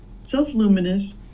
self-luminous